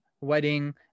wedding